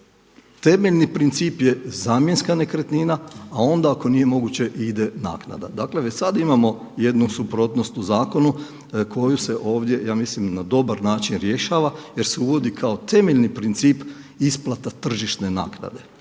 temeljni princip je zamjenska nekretnina, a onda ako nije moguće ide naknada. Dakle već sada imamo jednu suprotnost u zakonu koju se ovdje, ja mislim na dobar način rješava jer se uvodi kao temeljni princip isplata tržišne naknade.